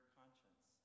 conscience